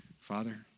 Father